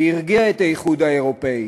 והרגיע את האיחוד האירופי.